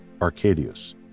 Arcadius